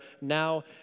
now